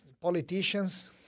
politicians